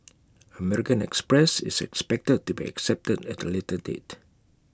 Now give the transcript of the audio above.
American express is expected to be accepted at A later date